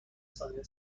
ثانیه